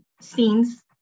scenes